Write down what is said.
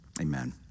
amen